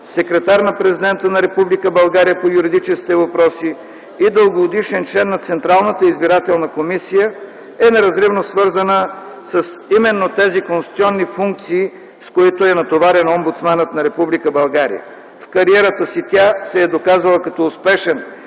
секретар на Президента на Република България по юридическите въпроси и дългогодишен член на Централната избирателна комисия е неразривно свързана именно с тези конституционни функции, с които е натоварен омбудсманът на Република България. В кариерата си тя се е доказала като успешен